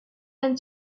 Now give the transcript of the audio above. and